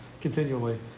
continually